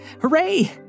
hooray